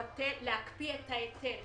להקפיא את ההיטל